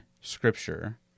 Scripture